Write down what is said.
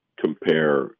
compare